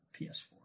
PS4